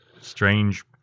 strange